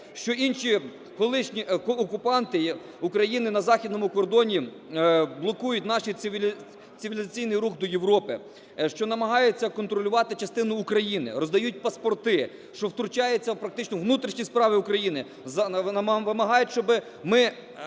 Що інші – колишні окупанти України на західному кордоні – блокують наш цивілізаційний рух до Європи, що намагаються контролювати частину України, роздають паспорти, що втручаються практично у внутрішні справи України, вимагають, щоб ми